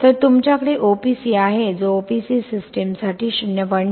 तर तुमच्याकडे OPC आहे जो OPC सिस्टीमसाठी 0